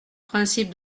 principe